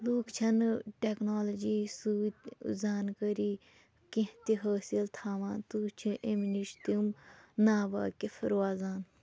لوٗکھ چھِنہٕ ٹیکنالوجی سۭتۍ زانٛکٲری کیٚنٛہہ تہِ حٲصِل تھاوان تہٕ چھِ أمہِ نِش تِم نا وٲقِف روزان